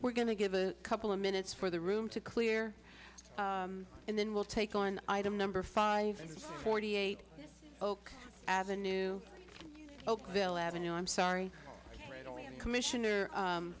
we're going to give a couple of minutes for the room to clear and then we'll take on item number five hundred forty eight oak avenue oakville avenue i'm sorry commissioner